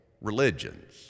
religions